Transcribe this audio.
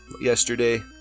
yesterday